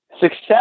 success